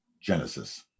Genesis